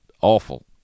awful